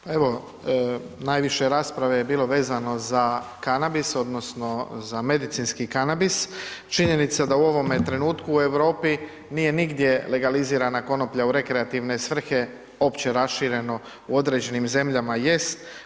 Pa evo najviše rasprave je bilo vezano za kanabis odnosno za medicinski kanabis, činjenica da u ovome trenutku u Europi nije nigdje legalizirana konoplja u rekreativne svrhe opće rašireno u određenim zemljama jest.